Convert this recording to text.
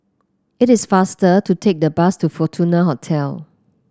it is faster to take the bus to Fortuna Hotel